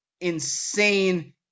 insane